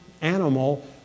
animal